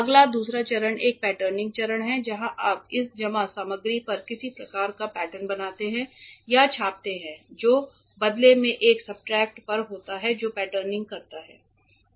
अगला दूसरा चरण एक पैटर्निंग चरण है जहां आप इस जमा सामग्री पर किसी प्रकार का पैटर्न बनाते हैं या छापते हैं जो बदले में एक सब्सट्रेट पर होता है जो पैटर्निंग करता है